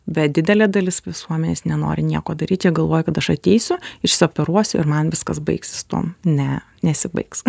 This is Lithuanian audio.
bet didelė dalis visuomenės nenori nieko daryti galvoja kad aš ateisiu išoperuosiu ir man viskas baigsis tuom ne nesibaigs